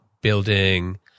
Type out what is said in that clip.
building